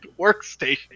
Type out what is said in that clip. workstation